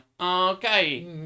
okay